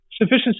sufficiency